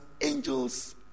angels